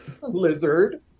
lizard